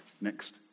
next